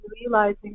realizing